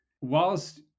whilst